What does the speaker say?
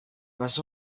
was